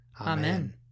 Amen